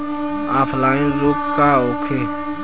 Offline रोग का होखे?